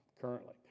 currently